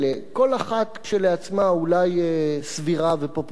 כל אחת כשלעצמה אולי סבירה ופופולרית,